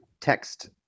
text